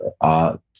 art